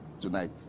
tonight